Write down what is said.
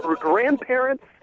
grandparents